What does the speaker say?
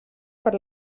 per